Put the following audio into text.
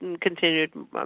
continued